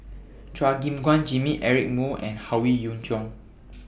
Chua Gim Guan Jimmy Eric Moo and Howe Yoon Chong